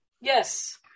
Yes